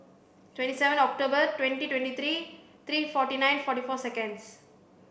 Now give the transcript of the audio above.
twenty seven October twenty twenty three three forty nine forty four seconds